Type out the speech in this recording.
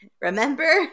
Remember